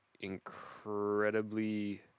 incredibly